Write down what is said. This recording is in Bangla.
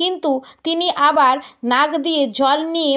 কিন্তু তিনি আবার নাক দিয়ে জল নিয়ে